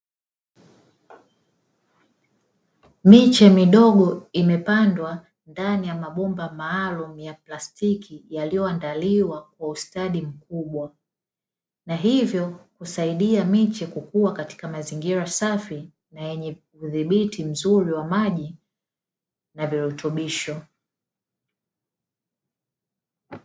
Miche midogo imepandwa ndani ya mabomba maalumu ya plastiki, yaliyoandaliwa kwa ustadi mkubwa na hivyo husaidia miche kukua katika mazingira safi na yenye udhibiti mzuri wa maji ya virutubisho.